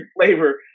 flavor